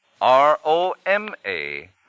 R-O-M-A